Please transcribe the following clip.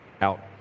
out